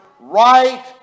right